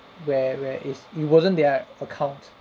where where is it wasn't their account